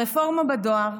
הרפורמה בדואר,